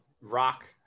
rock